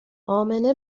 امنه